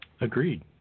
Agreed